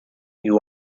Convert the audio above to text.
you